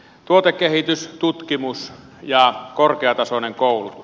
tuotekehitys tutkimus ja korkeatasoinen koulutus